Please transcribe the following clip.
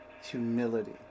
humility